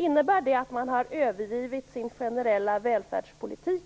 Innebär det att socialdemokratin har övergett sin generella välfärdspolitik